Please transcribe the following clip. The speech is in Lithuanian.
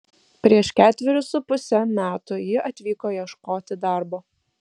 prieš ketverius su puse metų ji atvyko ieškoti darbo